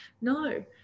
no